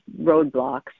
roadblocks